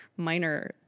minor